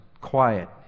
quiet